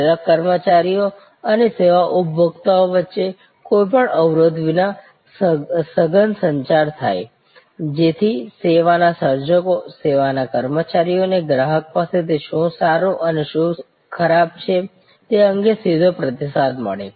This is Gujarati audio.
સેવા કર્મચારીઓ અને સેવા ઉપભોક્તાઓ વચ્ચે કોઈપણ અવરોધ વિના સઘન સંચાર થાય જેથી સેવાના સર્જકો સેવા કર્મચારીઓને ગ્રાહકો પાસેથી શું સારું અને શું ખરાબ છે તે અંગે સીધો પ્રતિસાદ મળે